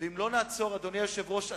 אדוני היושב-ראש,